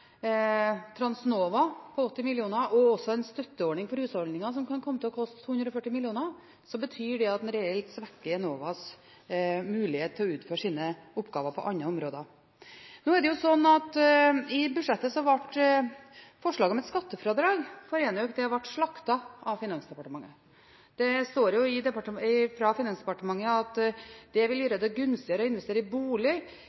Transnova til 80 mill. kr og også en støtteordning for husholdninger som kan komme til å koste 240 mill. kr, betyr det at en reelt svekker Enovas muligheter til å utføre sine oppgaver på andre områder. Nå er det slik at i budsjettet ble forslaget om et skattefradrag for enøk slaktet av Finansdepartementet. Det heter fra Finansdepartementet at det vil